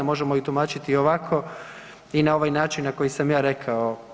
Možemo ju tumačiti i ovako i na ovaj način na koji sam ja rekao.